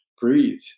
breathe